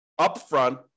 upfront